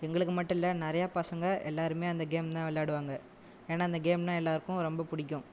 எங்களுக்கு மட்டும் இல்லை நிறையா பசங்க எல்லாருமே அந்த கேம் தான் விளையாடுவாங்க ஏன்னா அந்த கேம்னால் எல்லாருக்கும் ரொம்ப பிடிக்கும்